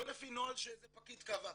לא לפי נוהל שאיזה פקיד קבע,